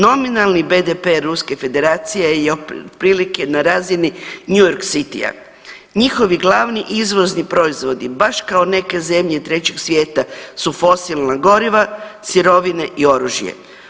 Nominalni PDV Ruske Federacije je otprilike na razini New York City-a, njihovi glavni izvozni proizvodi baš kao neke zemlje trećeg svijeta su fosilna goriva, sirovine i oružje.